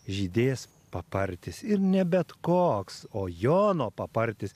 žydės papartis ir ne bet koks o jono papartis